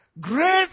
Grace